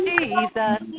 Jesus